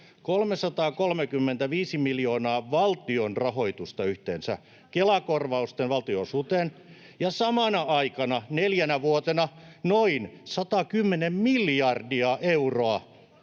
335 miljoonaa valtion rahoitusta Kela-korvausten valtionosuuteen ja samana aikana, neljänä vuotena, noin 110 miljardia euroa